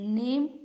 name